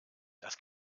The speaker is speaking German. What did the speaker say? das